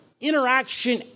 interaction